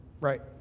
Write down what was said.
right